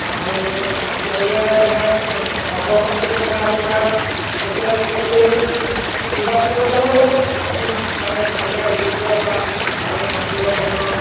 আৰু সকলোৱে মানে সৰ্বসন্মতি ক্ৰমে আপোনাৰ প্ৰেচিডেণ্ট ছেক্ৰেটৰী নিৰ্বাচন কৰি ল'ব লাগিব কোন মানে ভালকৈ অভিজ্ঞ বা ভালকৈ কাম কৰিব পাৰিব